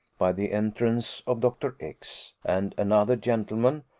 by the entrance of dr. x and another gentleman,